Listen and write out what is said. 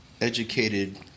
educated